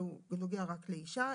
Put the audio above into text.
והוא נוגע רק לאישה.